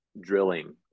drilling